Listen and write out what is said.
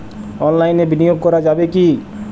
অনলাইনে বিনিয়োগ করা যাবে কি?